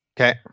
Okay